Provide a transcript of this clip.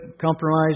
compromise